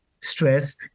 stress